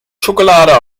schokolade